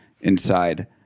inside